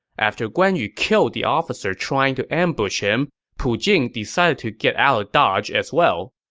after guan yu killed the officer trying to ambush him, pu jing decided to get out of dodge as well.